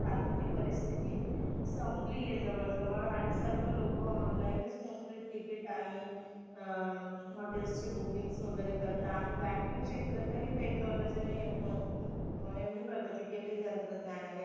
आता ती परिस्थिती संपली आहे जवळजवळ आणि सर्व लोक ऑनलाईनच मोस्टली तिकीट आणि हॉटेल्सची बुकिंग्स वगैरे करतात आणि बँकिंग क्षेत्रातही टेक्नॉलजीने एवढी प्रगती केली तंत्रज्ञानाने